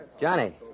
Johnny